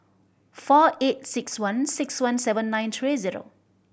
four eight six one six one seven nine three zero